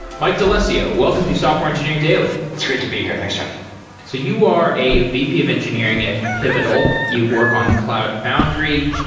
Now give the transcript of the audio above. mike dalessio, welcome to software engineering daily it's great to be here. thanks, jeff so you are a vp of engineering at pivotal. you work on cloud foundry.